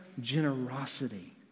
generosity